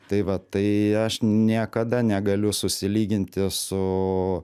tai va tai aš niekada negaliu susilyginti su